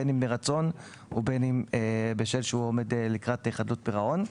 בין אם מרצון או בשל העובדה שהוא עומד לקראת חדלות פירעון.